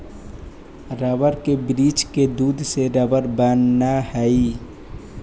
rubber के वृक्ष के दूध से रबर बनऽ हई